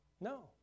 No